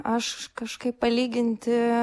aš kažkaip palyginti